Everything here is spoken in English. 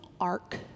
ark